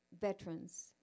veterans